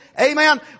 Amen